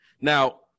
Now